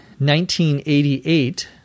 1988